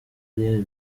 akiri